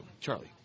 Charlie